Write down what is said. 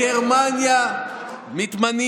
בגרמניה מתמנים